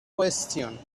question